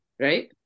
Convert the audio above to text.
Right